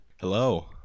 Hello